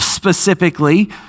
specifically